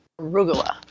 Arugula